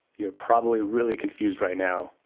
you're probably really confused right now.